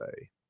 say